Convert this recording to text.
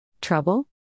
Trouble